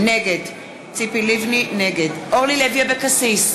נגד אורלי לוי אבקסיס,